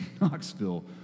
Knoxville